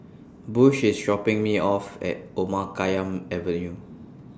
Bush IS dropping Me off At Omar Khayyam Avenue